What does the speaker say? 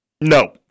No